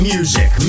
Music